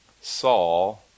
Saul